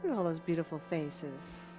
all those beautiful faces.